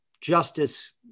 justice